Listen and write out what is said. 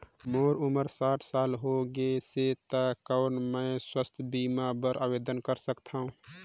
मोर उम्र साठ साल हो गे से त कौन मैं स्वास्थ बीमा बर आवेदन कर सकथव?